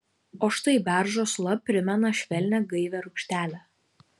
o štai beržo sula primena švelnią gaivią rūgštelę